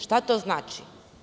Šta to znači?